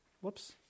Whoops